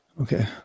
Okay